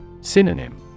Synonym